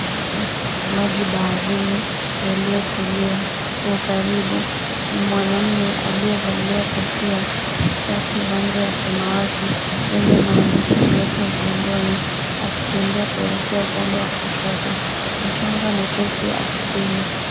Maji baharini yaliyotulia kwa ukaribu. Mwanaume aliyevalia kofia, shati rangi ya samawati lenye maandishi meupe mgongoni akitembea kuelekea upande wa kushoto. Mchanga mwepesi ardhini.